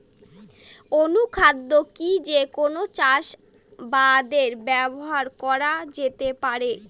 অনুখাদ্য কি যে কোন চাষাবাদে ব্যবহার করা যেতে পারে?